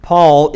Paul